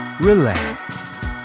Relax